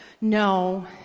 no